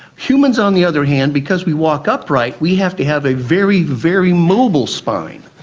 humans, on the other hand, because we walk upright we have to have a very, very mobile spine.